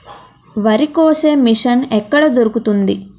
వరి కోసే మిషన్ ఎక్కడ దొరుకుతుంది?